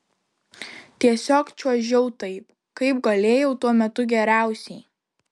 tiesiog čiuožiau taip kaip galėjau tuo metu geriausiai